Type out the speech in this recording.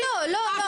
לא, לא, לא.